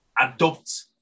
adopt